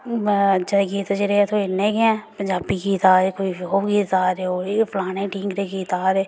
ते अज्जै दे गीत जेह्ड़े ओह् इन्ने गै ओह् पंजाबी गीत आवा दे ओह् फलानी फिल्में दे गीत आवा दे